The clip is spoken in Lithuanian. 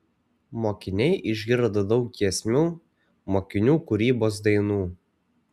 mokiniai išgirdo daug giesmių mokinių kūrybos dainų